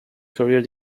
career